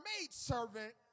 maidservant